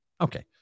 Okay